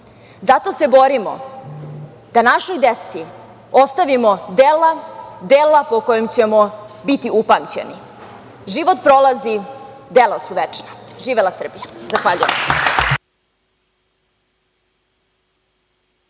Zato se borimo da našoj deci ostavimo dela po kojim ćemo biti upamćeni. Život prolazi, dela su večna. Živela Srbija! Zahvaljujem.